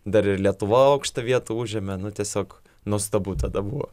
dar ir lietuva aukštą vietą užėmė nu tiesiog nuostabu tada buvo